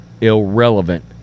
irrelevant